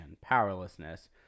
powerlessness